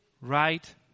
right